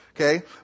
Okay